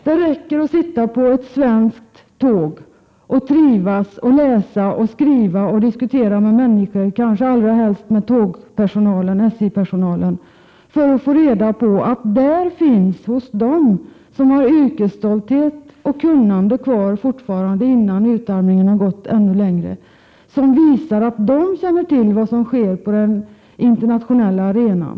Det är tillräckligt att sitta på ett svenskt tåg och trivas, läsa, skriva eller diskutera med människor — kanske allra helst med SJ-personalen — för att få reda på att hos den finns det fortfarande en yrkesstolthet och ett kunnande — trots den tilltagande utarmningen — som visar att man känner till vad som sker på den internationella arenan.